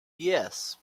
yes